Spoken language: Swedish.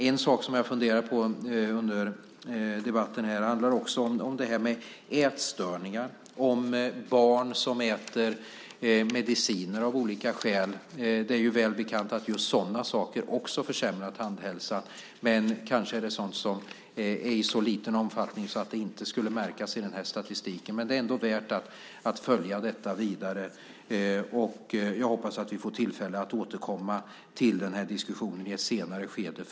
En sak som jag funderat på under den här debatten handlar om ätstörningar och om barn som äter mediciner av olika skäl. Det är väl bekant att just sådana saker också försämrar tandhälsan. Men kanske är det sådant som förekommer i så liten omfattning att det inte skulle märkas i den här statistiken. Det är ändå värt att följa detta vidare. Jag hoppas att vi får tillfälle att återkomma till den här diskussionen i ett senare skede.